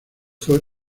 fue